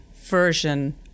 version